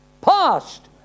Past